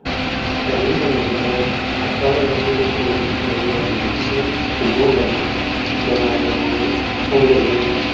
running करने कन्नै ऐसा होएआ कि मतलब कि मेरी बाॅडी जेहकी ऐ ओह् ठीक होन लगी बमारियां दूर होन लगियां